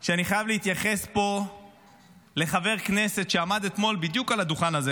שאני חייב להתייחס פה לחבר כנסת שעמד אתמול בדיוק על הדוכן הזה,